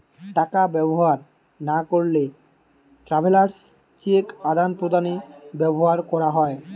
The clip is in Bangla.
টাকা ব্যবহার না করলে ট্রাভেলার্স চেক আদান প্রদানে ব্যবহার করা হয়